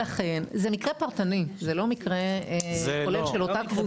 זה מקרה פרטני, זה לא מקרה כולל של אותה קבוצה.